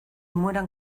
mueran